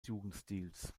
jugendstils